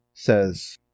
Says